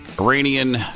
Iranian